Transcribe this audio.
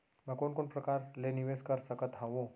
मैं कोन कोन प्रकार ले निवेश कर सकत हओं?